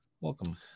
Welcome